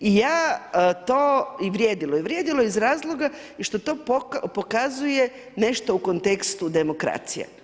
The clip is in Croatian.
I ja to, i vrijedilo je, vrijedilo je iz razloga, što to pokazuje nešto u kontekstu demokracije.